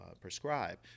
prescribe